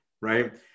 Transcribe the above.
Right